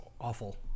awful